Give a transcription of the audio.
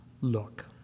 look